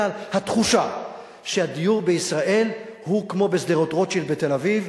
אלא התחושה שהדיור בישראל הוא כמו בשדרות-רוטשילד בתל-אביב,